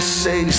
say